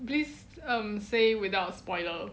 please um say without spoiler